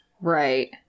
Right